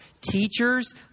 teachers